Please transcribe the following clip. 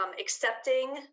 accepting